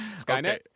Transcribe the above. Skynet